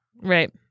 Right